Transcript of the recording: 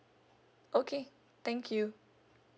okay thank you